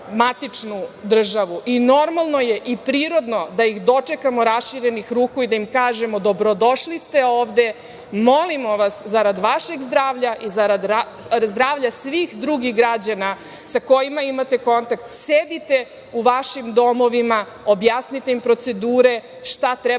Normalno je i prirodno da ih dočekamo raširenih ruku i da im kažemo - dobrodošli ste ovde, molimo vas, zarad vašeg zdravlja i zarad zdravlja svih drugih građana sa kojima imate kontakt, sedite u vašim domovima, objasnite im procedure, šta treba